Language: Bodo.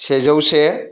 जौसे